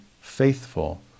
faithful